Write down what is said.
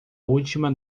última